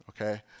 Okay